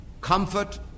comfort